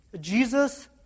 Jesus